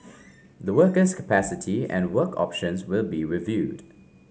the worker's capacity and work options will be reviewed